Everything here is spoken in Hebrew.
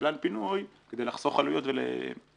והקבלן פינוי, כדי לחסוך עלויות ולגרוף